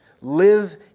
Live